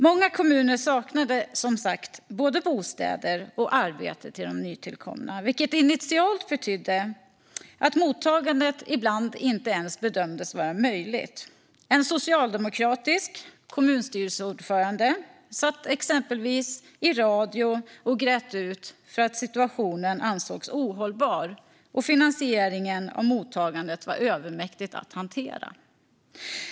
Många kommuner saknade som sagt både bostäder och arbeten till de nytillkomna, vilket initialt betydde att mottagandet ibland inte ens bedömdes vara möjligt. En socialdemokratisk kommunstyrelseordförande satt exempelvis i radio och grät ut för att situationen ansågs ohållbar, och finansieringen av mottagandet var övermäktig att hantera.